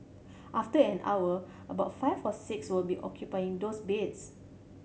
after an hour about five or six will be occupying those beds